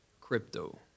crypto